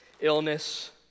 illness